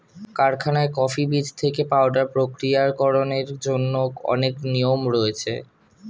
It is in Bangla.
কারখানায় কফি বীজ থেকে পাউডার প্রক্রিয়াকরণের জন্য অনেক নিয়ম রয়েছে